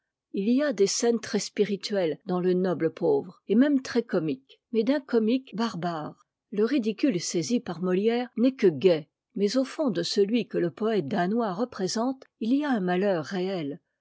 il y a des scènes très spirituelles dans le noble pauvre et même très comiques mais d'un comique barbare le ridicule saisi par molière n'est que gai mais au fond de celui que le poëte danois représente il y a un malheur réet